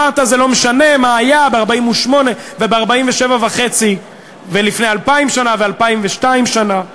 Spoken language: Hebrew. אמרת: זה לא משנה מה היה ב-48' וב-47.5 ולפני 2,000 שנה ו-2,002 שנה.